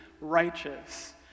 righteous